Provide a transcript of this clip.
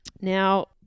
Now